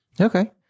Okay